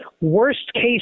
worst-case